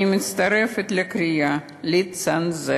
אני מצטרפת לקריאה לצנזר.